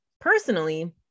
personally